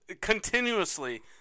continuously